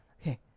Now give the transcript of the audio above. Okay